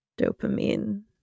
dopamine